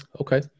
okay